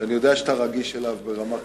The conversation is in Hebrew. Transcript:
ואני יודע שאתה רגיש אליו ברמה החברתית.